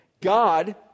God